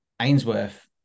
Ainsworth